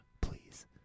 please